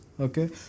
Okay